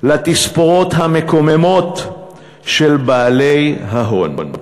לתספורות המקוממות של בעלי ההון.